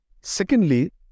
Secondly